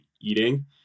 eating